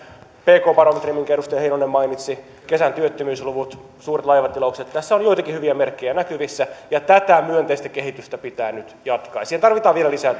pk barometri minkä edustaja heinonen mainitsi kesän työttömyysluvut suuret laivatilaukset tässä on on joitakin hyviä merkkejä näkyvissä ja tätä myönteistä kehitystä pitää nyt jatkaa siihen tarvitaan vielä lisää